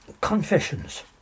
confessions